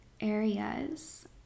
areas